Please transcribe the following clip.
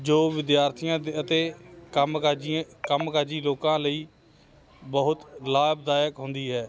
ਜੋ ਵਿਦਿਆਰਥੀਆਂ ਅਤੇ ਅਤੇ ਕੰਮਕਾਜੀ ਕੰਮਕਾਜੀ ਲੋਕਾਂ ਲਈ ਬਹੁਤ ਲਾਭਦਾਇਕ ਹੁੰਦੀ ਹੈ